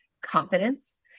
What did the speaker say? confidence